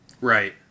Right